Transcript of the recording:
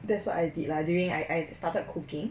that's what I did lah during I I started cooking